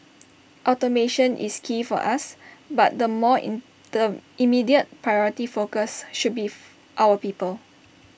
automation is key for us but the more immediate priority focus should be our people